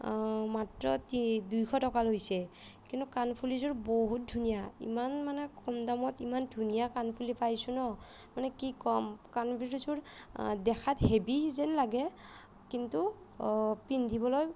মাত্ৰ তি দুশ টকা লৈছে কিন্তু কাণফুলিযোৰ বহুত ধুনীয়া ইমান মানে কম দামত ইমান ধুনীয়া কাণফুলি পাইছোঁ ন' মানে কি ক'ম কাণফুলিযোৰ দেখাত হেভি যেন লাগে কিন্তু পিন্ধিবলৈ